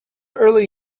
early